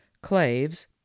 claves